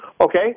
Okay